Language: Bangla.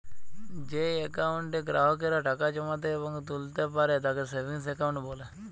যেই একাউন্টে গ্রাহকেরা টাকা জমাতে এবং তুলতা পারে তাকে সেভিংস একাউন্ট বলে